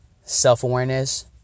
self-awareness